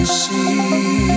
see